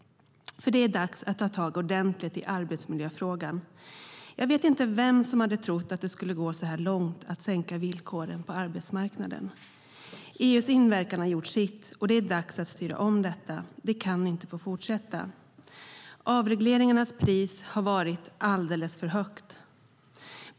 Det är dags att ta tag ordentligt i arbetsmiljöfrågan. Jag vet inte vem som hade trott att det skulle gå så här långt när det gäller att sänka villkoren på arbetsmarknaden. EU:s inverkan har gjort sitt. Det är dags att styra om detta; det kan inte få fortsätta. Avregleringarnas pris har varit alldeles för högt.